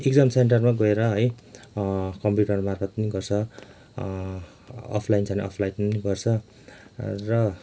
exam सेन्टरमा गएर है कम्प्युटरमार्फत् पनि गर्छ अफ लाइन छ भने अफ लाइन पनि गर्छ र